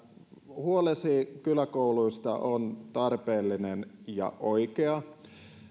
huolesi kyläkouluista on tarpeellinen ja oikea